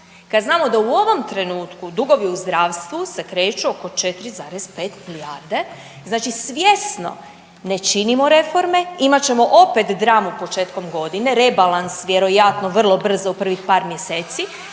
kad znamo da u ovom trenutku dugovi u zdravstvu se kreću oko 4,5 milijarde. Znači svjesno ne činimo reforme, imat ćemo opet dramu početkom godine, rebalans vjerojatno vrlo brzo u prvih par mjeseci